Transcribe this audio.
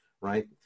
right